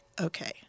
okay